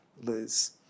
Liz